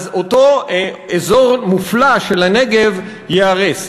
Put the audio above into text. אז אותו אזור מופלא של הנגב ייהרס.